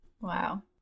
Wow